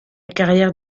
carrière